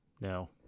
no